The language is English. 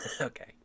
okay